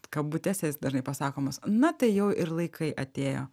kabutėse jis dažnai pasakomas na tai jau ir laikai atėjo